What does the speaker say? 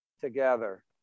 together